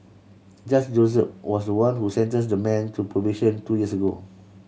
Judge Joseph was the one who sentenced the man to probation two years ago